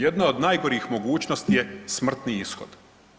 Jedna od najgorih mogućnosti je smrtni ishod.